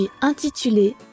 intitulé